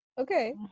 okay